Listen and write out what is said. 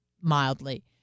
mildly